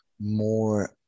more